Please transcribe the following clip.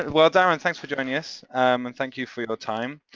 well, darrin, thanks for joining us um and thank you for your time,